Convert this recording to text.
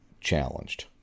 challenged